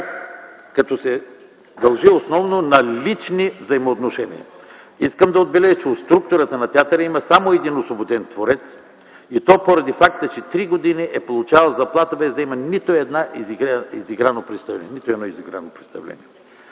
което се дължи основно на лични взаимоотношения. Искам да отбележа, че от структурата на театъра има само един освободен творец и то поради факта, че три години е получавал заплата, без да има нито едно изиграно представление.